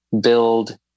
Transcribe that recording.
build